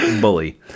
Bully